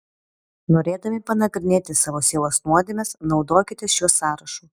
norėdami panagrinėti savo sielos nuodėmes naudokitės šiuo sąrašu